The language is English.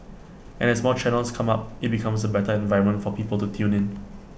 and as more channels come up IT becomes A better environment for people to tune in